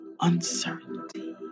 Uncertainty